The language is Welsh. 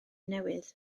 newydd